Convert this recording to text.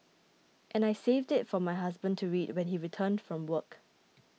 and I saved it for my husband to read when he returned from work